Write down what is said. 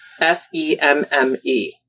F-E-M-M-E